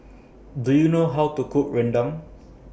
Do YOU know How to Cook Rendang